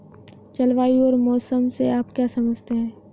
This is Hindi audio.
जलवायु और मौसम से आप क्या समझते हैं?